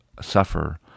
suffer